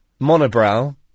Monobrow